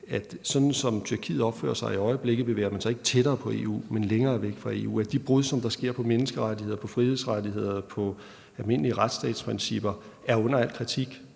at sådan som Tyrkiet opfører sig i øjeblikket, bringer det dem ikke tættere på EU, men længere væk fra EU, og at de brud, der sker, på menneskerettigheder, frihedsrettigheder og almindelige retsstatsprincipper er under al kritik.